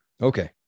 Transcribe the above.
Okay